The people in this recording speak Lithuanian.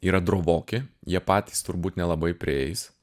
yra drovoki jie patys turbūt nelabai prieis